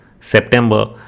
September